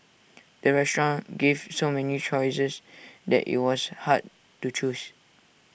the restaurant gave so many choices that IT was hard to choose